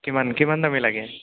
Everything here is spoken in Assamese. কিমান কিমান দামী লাগে